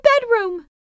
bedroom